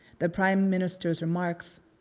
the prime minister's remarks,